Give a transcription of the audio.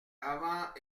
avant